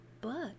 but